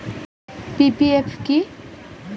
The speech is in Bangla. পি.পি.এফ কি?